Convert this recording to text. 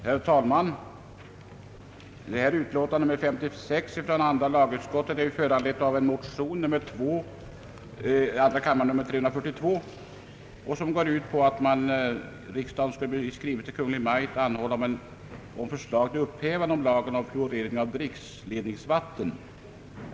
Herr talman! Andra lagutskottets utlåtande nr 56 är föranlett av motion II: 342, i vilken hemställts »att riksdagen i skrivelse till Kungl. Maj:t måtte anhålla om förslag till upphävande av lagen om fluoridering av vattenledningsvatten».